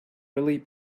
really